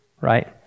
right